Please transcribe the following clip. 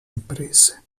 imprese